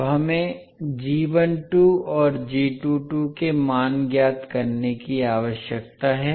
अब हमें और के मान ज्ञात करने की आवश्यकता है